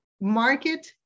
market